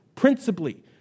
principally